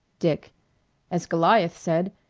dick as goliath said,